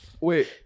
Wait